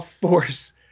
force